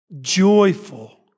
joyful